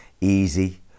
easy